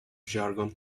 jargon